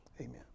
Amen